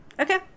okay